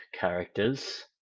characters